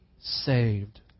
saved